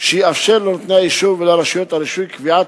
שיאפשר לנותני האישור ולרשויות הרישוי קביעת